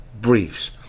briefs